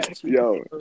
Yo